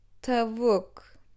tavuk